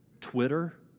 Twitter